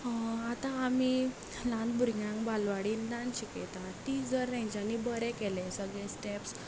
आतां आमी ल्हान भुरग्यांक बालवाडीन डांस शिकयतात तीं जर तेंच्यांनी बरें केलें जाल्यार स्टेप्स